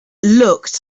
looked